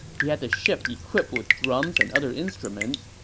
he had the ship equipped with drums and other instruments.